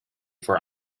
for